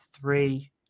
three